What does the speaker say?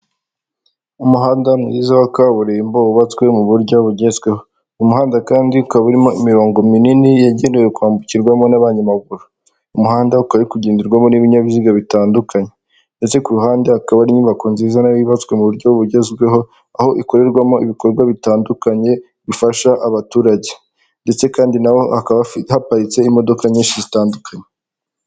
Umuhanda mwiza wa kaburimbo wubatswe mu buryo bugezweho, umuhanda kandi ukaba urimo imirongo minini yagenewe kwambukirwamo n'abanyamaguru, umuhanda ukaba urikugenderwamo n'ibinyaziga bitandukanye ndetse ku ruhande hakaba hari inyubako nziza yubatswe mu buryo bugezweho aho ikorerwamo ibikorwa bitandukanye bifasha abaturage ndetse kandi naho hakaba haparitse imodoka nyinshi zitandukanye.